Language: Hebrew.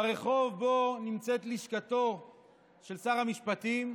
ברחוב שבו נמצאת לשכתו של שר המשפטים,